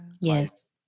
Yes